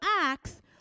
Acts